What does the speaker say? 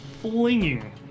flinging